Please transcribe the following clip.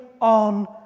on